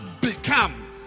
become